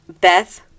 beth